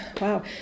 Wow